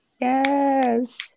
Yes